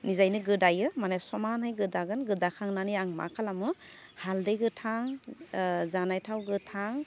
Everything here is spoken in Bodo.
निजायैनो गोदायो माने समानै गोदागोन गोदाखांनानै आं मा खालामो हालदै गोथां जानाय थाव गोथां